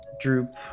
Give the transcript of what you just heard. Droop